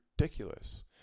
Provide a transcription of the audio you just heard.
ridiculous